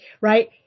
right